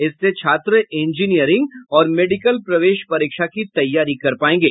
इससे छात्र इंजीनियरिंग और मेडिकल प्रवेश परीक्षा की तैयारी कर पायेंगे